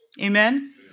Amen